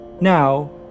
now